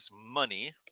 money